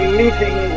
meeting